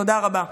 תודה רבה.